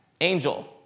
Angel